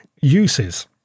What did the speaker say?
uses